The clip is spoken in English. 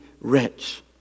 rich